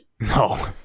No